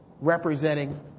representing